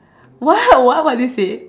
what what what did you say